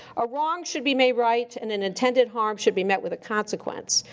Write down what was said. a wrong should be made right, and an intended harm should be met with a consequence.